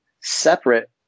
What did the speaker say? separate